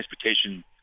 transportation